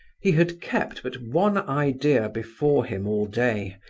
he had kept but one idea before him all day,